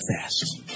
fast